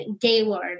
gaylord